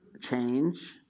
change